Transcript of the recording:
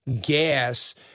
Gas